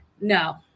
No